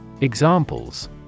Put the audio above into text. Examples